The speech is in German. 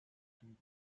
den